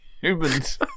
humans